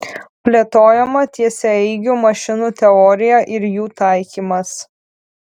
plėtojama tiesiaeigių mašinų teorija ir jų taikymas